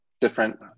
different